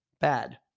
bad